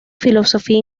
filología